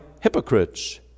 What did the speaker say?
hypocrites